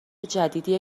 جدیدیه